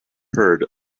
heard